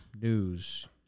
news